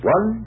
One